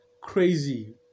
crazy